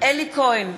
אלי כהן,